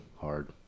hard